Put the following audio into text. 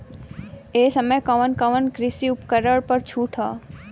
ए समय कवन कवन कृषि उपकरण पर छूट ह?